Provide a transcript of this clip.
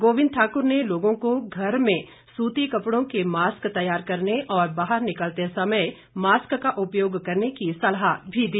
गोविंद ठाकुर ने लोगों को घर में सूती कपड़ों के मास्क तैयार करने और बाहर निकलते समय मास्क का उपयोग करने की सलाह भी दी